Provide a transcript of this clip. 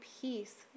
peace